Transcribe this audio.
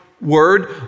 word